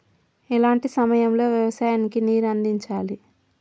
ఎలాంటి సమయం లో వ్యవసాయము కు నీరు అందించాలి?